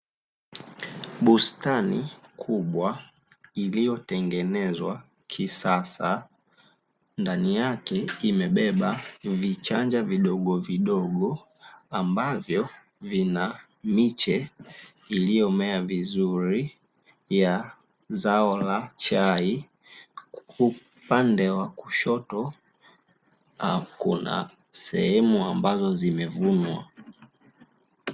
Bustani kubwa iliyotengenezwa kisasa, ndani yake imebeba vichanja vidogovidogo ambavyovina miche iliyomea vizuri ya zao la chai huku upande wa kushoto kuna sehemu ambazo zimevunwa.